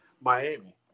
Miami